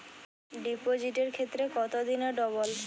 ডিপোজিটের ক্ষেত্রে কত দিনে ডবল?